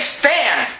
stand